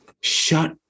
shut